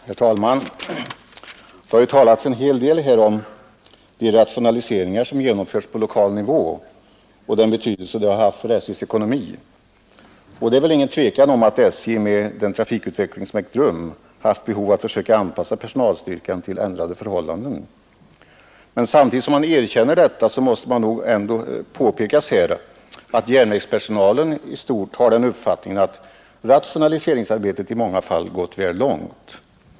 Herr talman! Det har här talats en hel del om de rationaliseringar som genomförts på lokal nivå och den betydelse de har haft för SJ:s ekonomi. Det råder inget tvivel om att SJ med den trafikutveckling som ägt rum haft behov av att försöka anpassa personalstyrkan till ändrade förhållanden. Men samtidigt som man erkänner detta måste det ändå påpekas att järnvägspersonalen i stort har den uppfattningen att rationaliseringsarbetet i många fall gått väl långt.